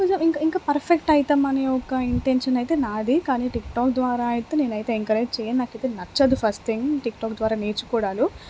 కొంచెం ఇంకా ఇంకా పర్ఫెక్ట్ అవుతాం అని ఒక ఇంటెన్షన్ అయితే నాది కానీ టిక్టాక్ ద్వారా ఐతే నేనైతే ఎంకరేజ్ చెయ్యను నాకైతే నచ్చదు ఫస్ట్ థింగ్ టిక్టాక్ ద్వారా నేర్చుకోవడాలు